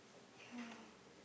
ya